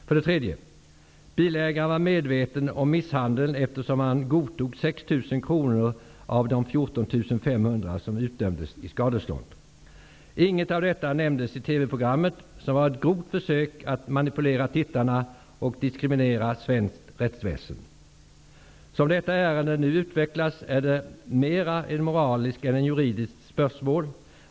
För det tredje: Bilägaren var medveten om misshandeln, eftersom han godtog 6 000 kr av de Inget av detta nämndes i TV-programmet, som var ett grovt försök att manipulera tittarna och diskriminera svenskt rättsväsen. Som detta ärende nu utvecklas är det mera ett moraliskt än ett juridiskt spörsmål.